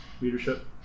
leadership